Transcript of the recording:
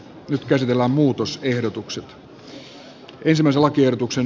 nyt käsitellään muutosehdotukset